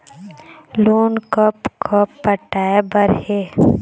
Loan कब कब पटाए बर हे?